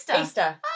Easter